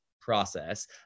process